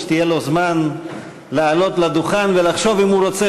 שיהיה לו זמן לעלות לדוכן ולחשוב אם הוא רוצה